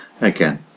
Again